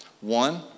One